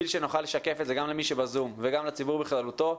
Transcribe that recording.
שנוכל לשקף את זה גם למי שב-זום וגם לציבור בכללותו,